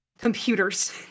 computers